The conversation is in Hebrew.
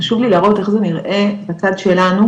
חשוב לי להראות איך זה נראה בצד שלנו,